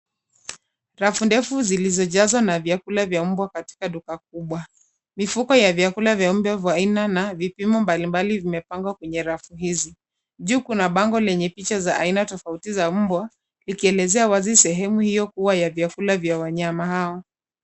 Rafu ndefu zilizojazwa na vyakula vya mbwa katika duka kubwa. Mifuko ya vyakula vya mbwa vya aina na vipimo mbalimbali vimepangwa kwenye rafu hizi. Juu kuna bango lenye picha za aina tofauti za mbwa ikielezea wazi sehemu hiyo kuwa ya vyakula vya wanyama hawa.